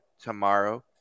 tomorrow